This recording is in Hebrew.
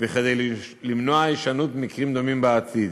וכדי למנוע הישנות מקרים דומים בעתיד.